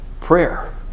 prayer